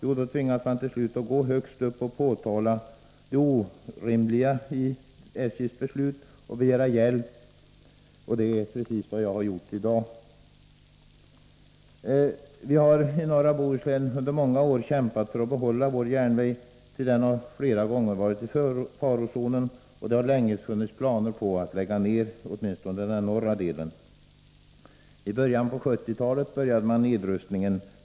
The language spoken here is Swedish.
Jo, då tvingas man till slut att gå högst upp och påtala det — Strömstad orimliga i SJ:s beslut och begära hjälp. Det är precis vad jag gjort i dag. Vi har i norra Bohuslän under många år kämpat för att få behålla vår järnväg. Den har flera gånger varit i farozonen, och det har länge funnits planer på att lägga ned den eller åtminstone dess norra del. I början av 1970-talet började man nedrustningen.